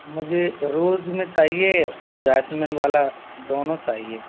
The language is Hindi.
मुझे रोज में चाहिए और जैस्मिन वाला दोनों चाहिए